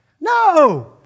No